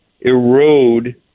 erode